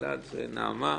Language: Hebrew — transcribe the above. אלעד ונעמה,